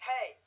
Hey